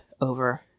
over